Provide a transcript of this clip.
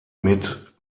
mit